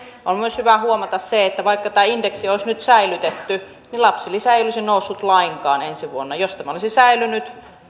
on myös hyvä huomata se että vaikka tämä indeksi olisi nyt säilytetty niin lapsilisä ei olisi noussut lainkaan ensi vuonna jos tämä olisi säilynyt